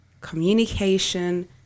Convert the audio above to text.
communication